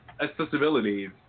accessibility